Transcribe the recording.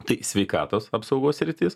tai sveikatos apsaugos sritis